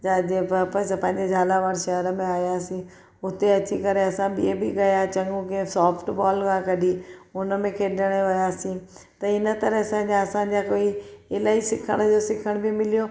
छा चइबो वापसि पंहिंजे जालवर शइर में आयासीं उते अची करे असां बि इहे बि कया चङो के सॉफ्ट बॉल मां कढी उन में खेॾणु वियासीं त इन तरह सां अञा असांजा कोई इलाही सिखण जो सिखण बि मिलियो